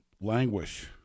languish